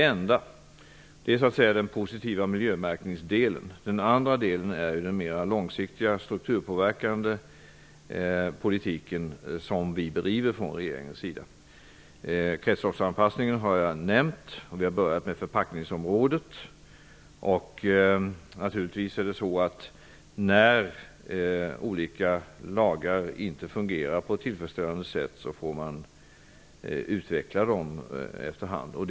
Detta är så att säga den positiva miljömärkningsdelen. Den andra delen är den mer långsiktiga strukturpåverkande politiken som regeringen bedriver. Jag har redan nämnt kretsloppsanpassningen. Vi har nu börjat med förpackningsområdet. När olika lagar inte fungerar på ett tillfredsställande sätt, får man efter hand utveckla dem.